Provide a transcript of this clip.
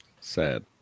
Sad